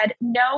no